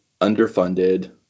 underfunded